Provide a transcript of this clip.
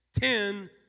Ten